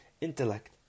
intellect